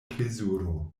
plezuro